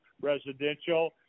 residential